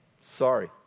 sorry